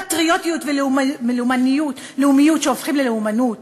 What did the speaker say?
פטריוטיות ולאומיות שהופכות ללאומנות,